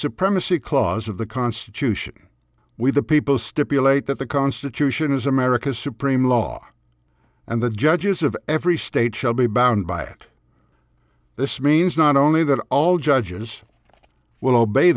supremacy clause of the constitution we the people stipulate that the constitution is america's supreme law and the judges of every state shall be bound by it this means not only that all judges will obey